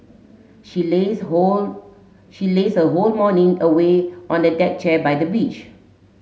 she lazed whole she lazed her whole morning away on a deck chair by the beach